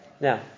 Now